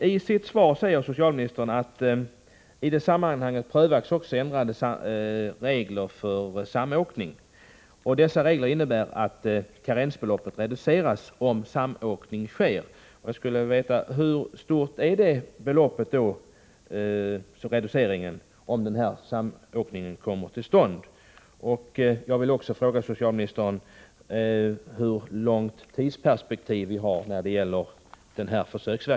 I sitt svar säger socialministern apropå försöksverksamheten: ”I det sammanhanget prövas också ändrade ersättningsregler vid samåkning. Dessa regler innebär att karensbeloppet reduceras om samåkning sker.”